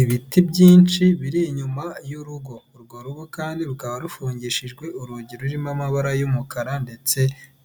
Ibiti byinshi biri inyuma y'urugo, urwo rugo kandi rukaba rufungishijwe urugi rurimo amabara y'umukara ndetse